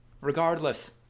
regardless